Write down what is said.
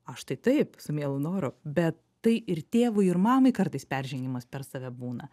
aš tai taip su mielu noru bet tai ir tėvui ir mamai kartais peržengimas per save būna